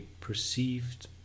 perceived